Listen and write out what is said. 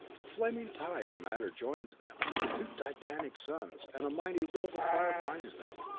a flaming tie of matter joins them, two titanic suns, and a mighty rope of fire binds them,